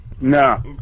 No